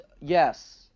Yes